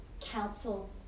council